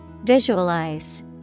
Visualize